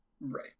Right